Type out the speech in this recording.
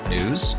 News